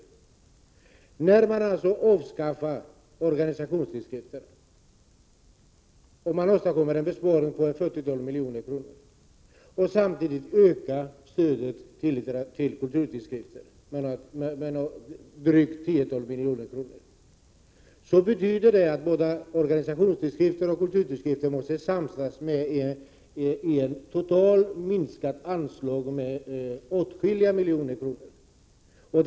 När man avskaffar stödet till organisationstidskrifter, och därmed åstadkommer en besparing på ett fyrtiotal miljoner kronor, och samtidigt ökar stödet till kulturtidskrifter med ett drygt tiotal miljoner kronor betyder det att organisationstidskrifter och kulturtidskrifter måste samsas om ett med åtskilliga miljoner kronor minskat totalt anslag.